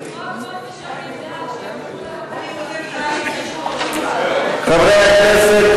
ההסתייגות (55) של קבוצת סיעת יש עתיד, קבוצת סיעת